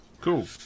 Cool